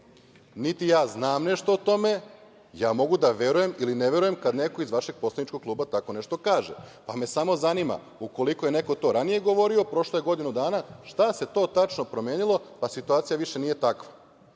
niti ja znam nešto o tome. Ja mogu da verujem ili ne verujem kada neko iz vašeg poslaničkog kluba tako nešto kaže, pa me samo zanima, ukoliko je neko to ranije govorio, prošlo je godinu dana, šta se to tačno promenilo, pa situacija više nije